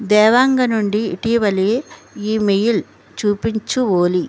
దేవాంగ నుండి ఇటీవలి ఈమెయిల్ చూపించు ఓలీ